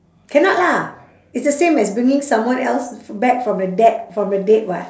cannot lah it's the same as bringing someone else back from the dad from the dead [what]